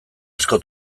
asko